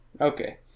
Okay